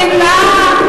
שנאה,